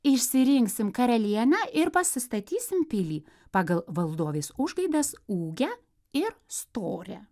išsirinksim karalienę ir pasistatysim pilį pagal valdovės užgaidas ūgę ir storę